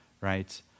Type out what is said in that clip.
Right